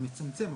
זה מצמצם,